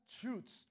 truths